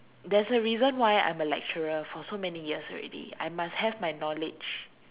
there's a reason why I'm a lecturer for so many years already I must have my knowledge